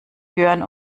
jörn